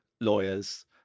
lawyers